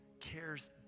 cares